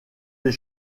des